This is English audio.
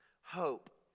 Hope